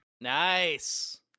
Nice